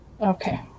Okay